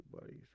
buddies